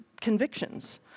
convictions